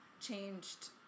changed